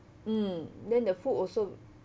mm then the food also